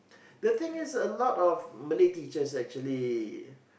the thing is a lot of Malay teachers actually